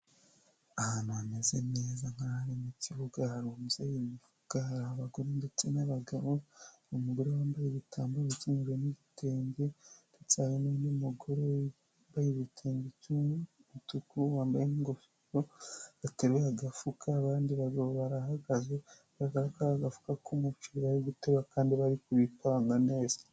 Ahantu hameze neza nkaharimo ikibuga, harunze imifuka, hari abagore ndetse n'abagabo, umugore wambaye igitambaro, umukenyero n'igitenge ndetse hari n'undi mugore mbaye igitenge kimwe cy' umutuku, wambaye n'ingofero, bateruye agafuka, abandi bagabo barahagaze bigaragara ko ari agafuka k'umuceri bari guterura kandi bari kubipanga neza.